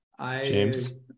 James